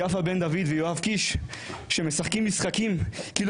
יפה בן דוד ויואב קיש משחקים משחקים כאילו